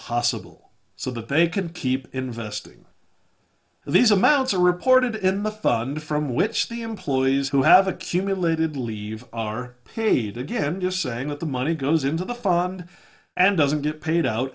possible so that they can keep investing these amounts are reported in the fund from which the employees who have accumulated leave are paid again just saying that the money goes into the fund and doesn't get paid out